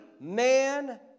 man